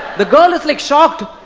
the girl is like shocked